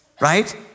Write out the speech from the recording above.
right